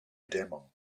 demo